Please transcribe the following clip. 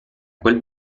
quel